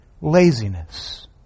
Laziness